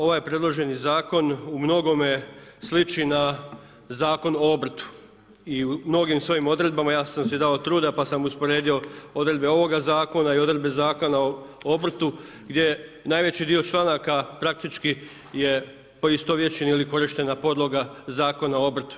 Ovaj predloženi zakon u mnogome sliči na Zakon o obrtu i mnogim svojim odredbama, ja sam si dao truda pa sam usporedio odredbe ovoga zakona i odredbe Zakona o obrtu gdje je najveći dio članaka praktički je poistovjećen jel je korištena podloga Zakona o obrtu.